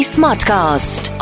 Smartcast